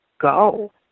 go